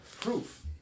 proof